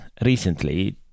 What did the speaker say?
recently